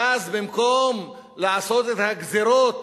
ואז במקום לעשות את הגזירות